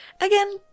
Again